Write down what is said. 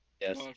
Yes